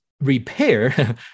repair